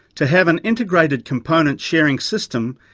to have an integrated component sharing system,